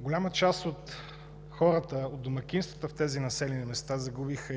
голяма част от домакинствата в тези населени места загубиха